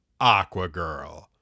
Aquagirl